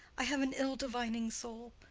i have an ill-divining soul!